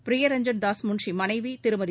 பிரியரஞ்சன் தாஸ் முன்ஷி மனைவி திருமதி